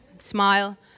smile